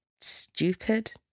stupid